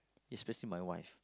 especially my wife